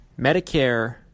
Medicare